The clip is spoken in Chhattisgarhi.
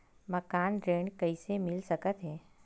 मकान ऋण कइसे मिल सकथे?